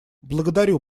благодарю